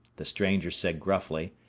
the stranger said gruffly,